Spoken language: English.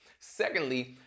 Secondly